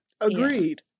Agreed